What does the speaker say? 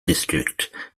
district